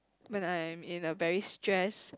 when I am in a very stress